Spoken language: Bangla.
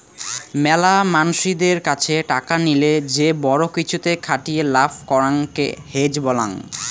মেলা মানসিদের কাছে টাকা লিয়ে যে বড়ো কিছুতে খাটিয়ে লাভ করাঙকে হেজ বলাং